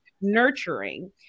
nurturing